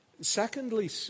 Secondly